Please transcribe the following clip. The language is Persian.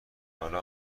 حالا